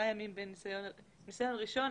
ניסיון ראשון,